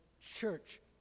church